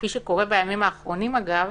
כפי שקורה בימים האחרונים אגב,